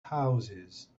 houses